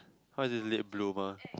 how is it late bloomer